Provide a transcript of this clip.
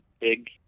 big